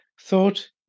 Thought